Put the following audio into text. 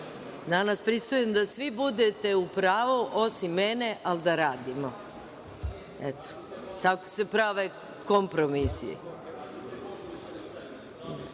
pristajem da svi budete u pravu, osim mene, ali da radimo. Tako se prave kompromisi.(Radoslav